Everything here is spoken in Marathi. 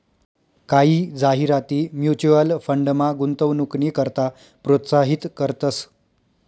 कायी जाहिराती म्युच्युअल फंडमा गुंतवणूकनी करता प्रोत्साहित करतंस